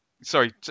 Sorry